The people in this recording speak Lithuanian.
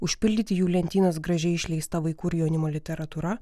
užpildyti jų lentynas gražiai išleista vaikų ir jaunimo literatūra